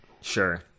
Sure